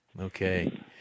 Okay